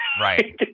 Right